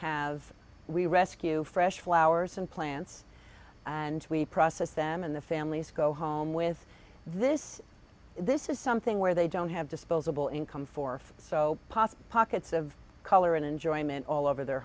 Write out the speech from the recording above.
have we rescue fresh flowers and plants and we process them and the families go home with this this is something where they don't have disposable income for so pockets of color and enjoyment all over their